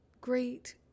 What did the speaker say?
great